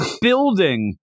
building